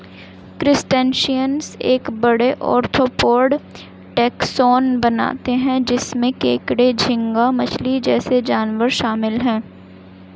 crustaceans एक बड़े, arthropod taxon बनाते हैं जिसमें केकड़े, झींगा मछली जैसे जानवर शामिल हैं